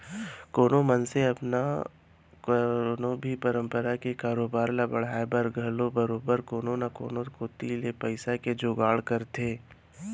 कोनो मनसे अपन कोनो भी परकार के कारोबार ल बढ़ाय बर घलौ बरोबर कोनो न कोनो कोती ले पइसा के जुगाड़ करथे